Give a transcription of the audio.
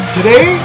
Today